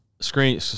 screen